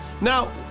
Now